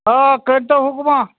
آ کٔرۍتو حُکماہ